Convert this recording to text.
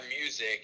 music